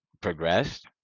progressed